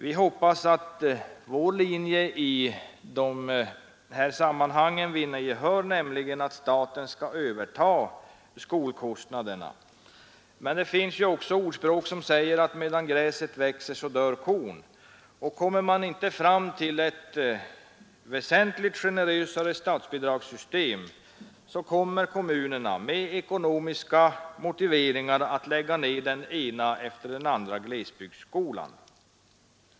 Vi hoppas att vår linje i de sammanhangen vinner gehör, nämligen att staten skall överta skolkostnaderna. Men det finns också ett ordspråk som säger ”medan gräset växer, dör kon”. Om inte ett väsentligt generösare statsbidragssystem skapas, kommer kommunerna — med ekonomiska motiveringar — att lägga ner den ena glesbygdsskolan efter den andra.